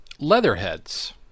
Leatherheads